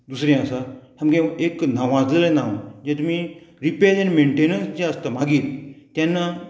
दुसरें आसा सामकें एक नांवांजलेलें नांव जें तुमी रिपेर एण्ड मेन्टेनन्स जे आसता मागीर तेन्ना